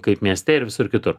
kaip mieste ir visur kitur